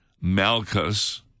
Malchus